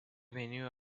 venue